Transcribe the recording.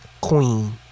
Queen